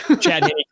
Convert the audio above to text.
Chad